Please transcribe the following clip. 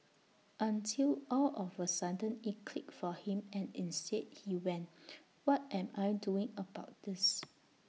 until all of A sudden IT clicked for him and instead he went what am I doing about this